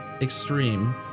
extreme